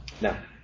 Now